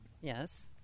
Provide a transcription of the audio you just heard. Yes